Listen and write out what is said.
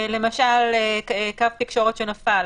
למשל קו תקשורת שנפל,